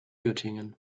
göttingen